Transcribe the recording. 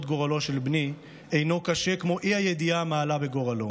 גורלו של בני אינו קשה כמו האי-ידיעה מה עלה בגורלו.